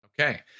Okay